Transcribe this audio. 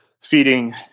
feeding